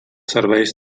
serveis